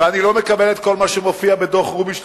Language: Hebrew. ואני לא מקבל את כל מה שמופיע בדוח רובינשטיין-גביזון,